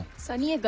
sunny. and